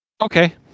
Okay